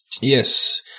Yes